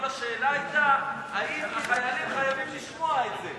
כל השאלה היתה, האם החיילים חייבים לשמוע את זה.